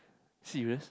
serious